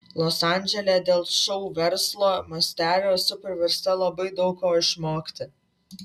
los andžele dėl šou verslo mastelio esu priversta labai daug ko išmokti